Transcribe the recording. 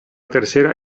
tercera